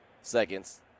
seconds